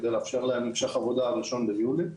כדי לאפשר להם המשך עבודה עד ל-1 ביולי.